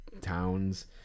towns